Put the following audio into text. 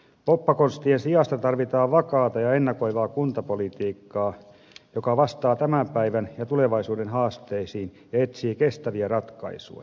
poppakonstien sijasta tarvitaan vakaata ja ennakoivaa kuntapolitiikkaa joka vastaa tämän päivän ja tulevaisuuden haasteisiin ja etsii kestäviä ratkaisuja